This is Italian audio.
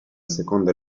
seconda